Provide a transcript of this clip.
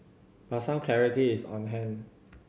but some clarity is on hand